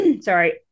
sorry